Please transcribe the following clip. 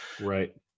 Right